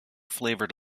flavored